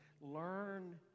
Learn